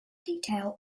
detail